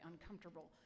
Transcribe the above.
uncomfortable